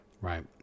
right